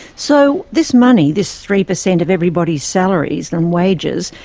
so this money, this three percent of everybody's salaries and wages,